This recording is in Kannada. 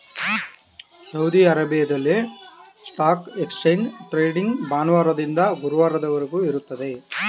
ಸೌದಿ ಅರೇಬಿಯಾದಲ್ಲಿ ಸ್ಟಾಕ್ ಎಕ್ಸ್ಚೇಂಜ್ ಟ್ರೇಡಿಂಗ್ ಭಾನುವಾರದಿಂದ ಗುರುವಾರದವರೆಗೆ ಇರುತ್ತದೆ